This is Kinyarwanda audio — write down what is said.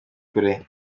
kure